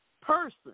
Person